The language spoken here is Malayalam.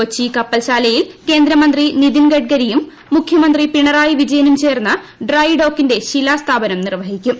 കൊച്ചി കപ്പൽശാലയിൽ കേന്ദ്രമന്ത്രി നിതിൻ ഗഡ്കരിയും മുഖ്യമന്ത്രി പിണറായി വിജയനും ചേർന്ന് ഡ്രൈഡോക്കിന്റെ ശിലാസ്ഥാപനം നിർവ്വഹിക്കും